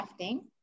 Crafting